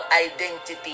identity